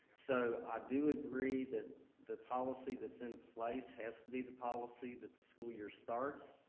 so i do agree that the policy that's in place has to be the policy that the school year starts.